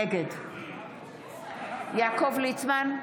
נגד יעקב ליצמן,